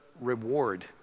reward